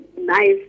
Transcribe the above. nice